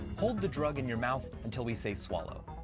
hold the drug in your mouth until we say swallow.